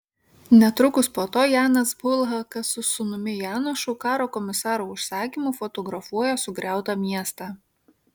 netrukus po to janas bulhakas su sūnumi janošu karo komisaro užsakymu fotografuoja sugriautą miestą